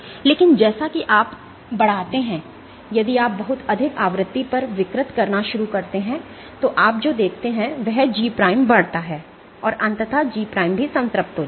लेकिन जैसा कि आप बढ़ाते हैं यदि आप बहुत अधिक आवृत्ति पर विकृत करना शुरू करते हैं तो आप जो देखते हैं वह G बढ़ता है और अंततः G' भी संतृप्त हो जाएगा